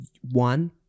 one